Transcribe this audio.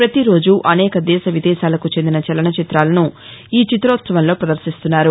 పతిరోజు అనేక దేశ విదేశాలకు చెందిన చలన చిత్రాలను ఈ చిత్రోత్సవంలో ప్రదర్భిస్తున్నారు